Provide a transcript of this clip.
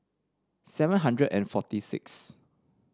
seven hundred and forty sixth